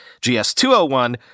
GS201